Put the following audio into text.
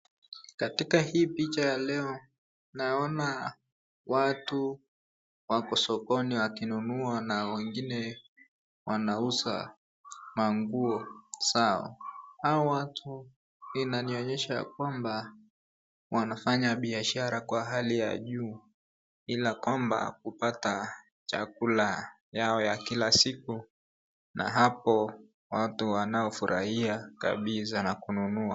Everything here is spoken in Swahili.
Katika hii picha ya leo naona watu wako sokoni wakinunua na wengine wanauza manguo zao. Hawa watu inanionyesha kwamba, wanafanya biashara kwa hali ya juu, ila kwamba kupata chakula yao ya kila siku na hapo watu wanaofurahia kabisa na kununua.